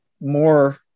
more